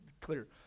clear